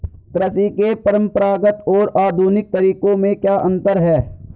कृषि के परंपरागत और आधुनिक तरीकों में क्या अंतर है?